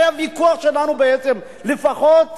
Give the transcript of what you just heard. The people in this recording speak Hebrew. הרי הוויכוח שלנו בעצם, לפחות